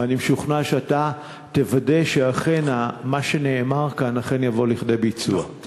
ואני משוכנע שאתה תוודא שמה שנאמר כאן אכן יבוא לכדי ביצוע.